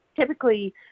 Typically